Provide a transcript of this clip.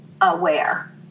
aware